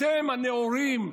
אתם הנאורים,